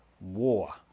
war